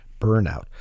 burnout